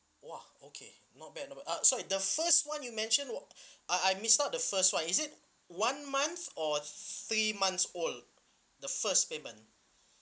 !wah! okay not bad uh so the first one you mention wa~ I I miss out the first one is it one month or three months old the first payment